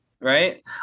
right